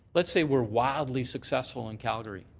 let's say we're wildly successful in calgary.